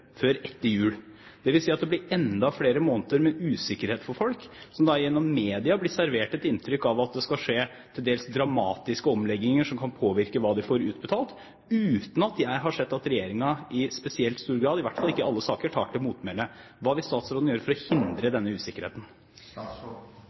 før etter jul. Det vil si at det blir enda flere måneder med usikkerhet for folk som gjennom media blir servert et inntrykk av at det skal skje til dels dramatiske omlegginger som kan påvirke hva man får utbetalt, uten at jeg har sett at regjeringen i spesielt stor grad, i hvert fall ikke i alle saker, tar til motmæle. Hva vil statsråden gjøre for å hindre